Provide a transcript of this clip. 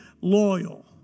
loyal